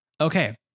Okay